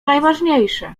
najważniejsze